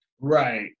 Right